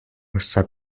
nuestra